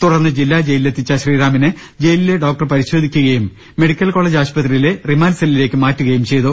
തുടർന്ന് ജില്ലാ ജയിലിലെത്തിച്ച ശ്രീറാമിനെ ജയിലിലെ ഡോക്ടർ പരിശോധിക്കുകയും മെഡിക്കൽ കോളേജ് ആശുപത്രിയിലെ റിമാന്റ് സെല്ലിലേക്ക് മാറ്റുകയും ചെയ്തു